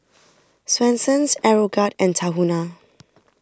Swensens Aeroguard and Tahuna